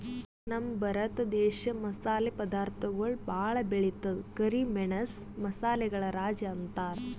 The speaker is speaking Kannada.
ನಮ್ ಭರತ ದೇಶ್ ಮಸಾಲೆ ಪದಾರ್ಥಗೊಳ್ ಭಾಳ್ ಬೆಳಿತದ್ ಕರಿ ಮೆಣಸ್ ಮಸಾಲೆಗಳ್ ರಾಜ ಅಂತಾರ್